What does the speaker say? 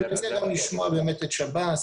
אני מציע גם לשמוע את שב"ס,